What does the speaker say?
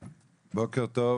בוקר טוב,